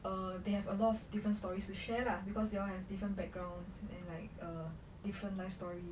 err they have a lot of different stories to share lah because they all have different backgrounds and like a different life story